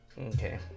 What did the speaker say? Okay